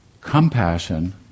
Compassion